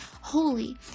holy